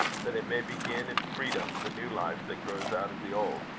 that it may begin in freedom the new life that grows out of the old.